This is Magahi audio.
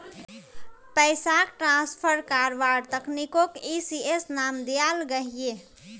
पैसाक ट्रान्सफर कारवार तकनीकोक ई.सी.एस नाम दियाल गहिये